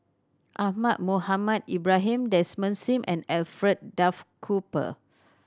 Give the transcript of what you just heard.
Ahmad Mohamed Ibrahim Desmond Sim and Alfred Duff Cooper